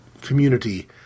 community